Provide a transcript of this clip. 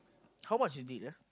how much is it ah